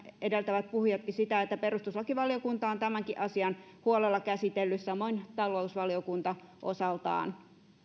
edeltävät puhujatkin sitä että perustuslakivaliokunta on tämänkin asian huolella käsitellyt samoin talousvaliokunta osaltaan